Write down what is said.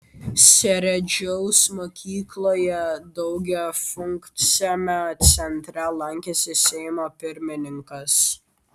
seredžiaus mokykloje daugiafunkciame centre lankėsi seimo pirmininkas